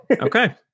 Okay